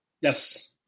Yes